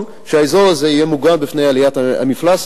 שהאזור הזה יהיה מוגן בפני עליית המפלס.